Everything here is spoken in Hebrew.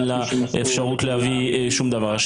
אין לה אפשרות להביא שום דבר.